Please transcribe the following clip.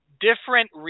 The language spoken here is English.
different